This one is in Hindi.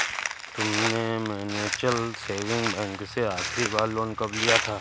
तुमने म्यूचुअल सेविंग बैंक से आखरी बार लोन कब लिया था?